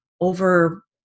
over